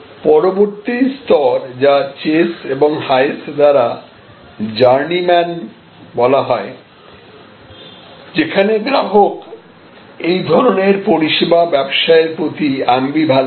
পরবর্তী স্তর যা চেস ও হায়েস দ্বারা জার্নিম্যান বলা হয় যেখানে গ্রাহক এই ধরনের পরিষেবা ব্যবসার প্রতি আম্বিভালেন্ট